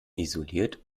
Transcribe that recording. isoliert